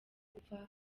gupfa